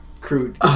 Crude